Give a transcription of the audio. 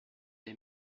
des